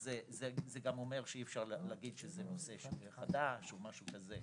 אז זה גם אומר שאי אפשר להגיד שזה נושא שהוא חדש או משהו כזה.